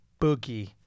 Boogie